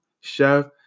chef